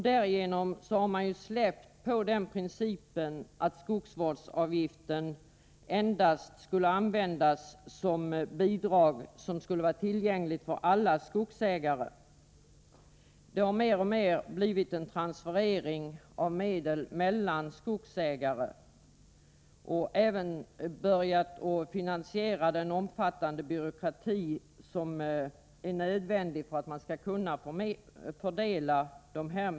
Därigenom har principen släppts att skogsvårdsavgiften endast får användas för bidrag som är tillgängliga för alla skogsägare. Skogsvårdsavgiften har alltmer blivit en form för transferering av medel mellan skogsägare, och den har även kommit att finansiera den omfattande byråkrati som är nödvändig för att man skall kunna fördela medlen.